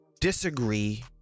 Disagree